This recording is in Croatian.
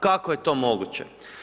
Kako je to moguće?